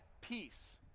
peace